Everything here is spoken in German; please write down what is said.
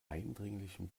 eindringlichen